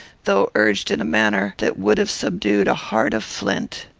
though urged in a manner that would have subdued a heart of flint.